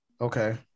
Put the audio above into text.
Okay